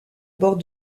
bord